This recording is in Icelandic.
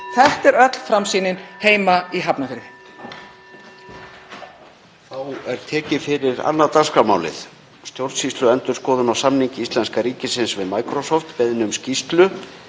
Þetta er öll framsýnin heima í Hafnarfirði.